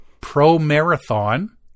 pro-marathon